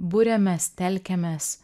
buriamės telkiamės